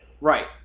Right